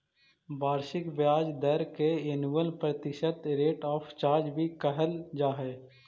वार्षिक ब्याज दर के एनुअल प्रतिशत रेट ऑफ चार्ज भी कहल जा हई